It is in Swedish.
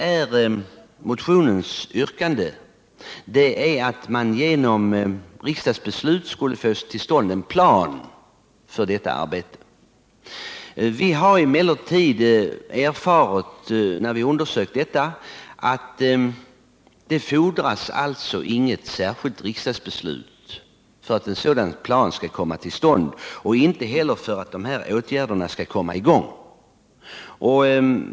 I motionen yrkas att man genom riksdagsbeslut skall försöka få till stånd en plan för miljövårdande insatser. Vi har emellertid när vi har undersökt detta erfarit att det inte fordras något riksdagsbeslut för att få till stånd en sådan plan, inte heller för att åtgärderna skall vidtas.